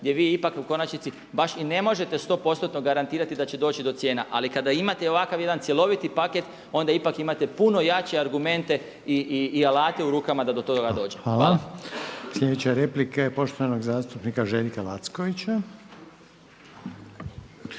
gdje vi ipak u konačnici baš i ne možete sto postotno garantirati da će doći do cijena. Ali kada imate ovakav jedan cjeloviti paket, onda ipak imate puno jače argumente i alate u rukama da to toga dođe. Hvala. **Reiner, Željko (HDZ)** Hvala. Sljedeća replika je poštovanog zastupnika Željka Lackovića.